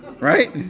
Right